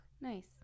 Nice